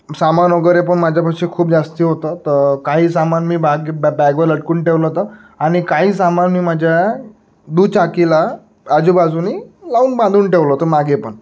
सामान वगैरे पण माझ्यापाशी खूप जास्ती होतं तर काही सामान मी बॅग बॅ बॅगवर लटकून ठेवलं होतं आणि काही सामान मी माझ्या दुचाकीला आजूबाजूने लावून बांधून ठेवलं होतं मागे पण